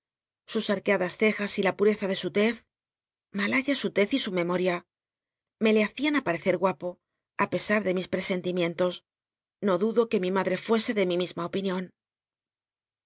sus arqueadas cejas y la pmeza de su tez i malliaya su tez y su memoria me lo hacian apnrecer guapo ú pesil de mis presentimientos no dudo que mi madre fuese de mi misma opinion